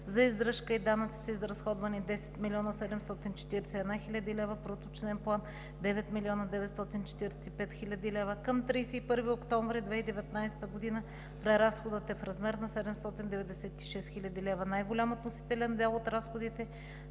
За издръжка и данъци са изразходвани 10 млн. 741 хил. лв. при уточнен план 9 млн. 945 хил. лв. Към 31 октомври 2019 г. преразходът е в размер на 796 хил. лв. Най-голям относителен дял от разходите